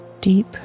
deep